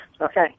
Okay